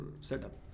setup